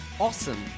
Awesome